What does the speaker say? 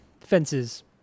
fences